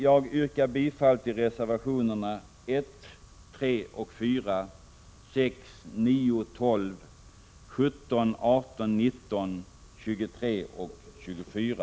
Jag yrkar bifall till reservationerna 1, 3,4, 6,9, 12,17, 18,19, 23 och 24.